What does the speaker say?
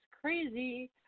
crazy